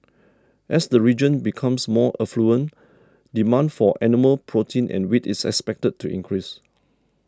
as the region becomes more affluent demand for animal protein and wheat is expected to increase